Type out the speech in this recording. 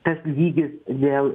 tas lygis vėl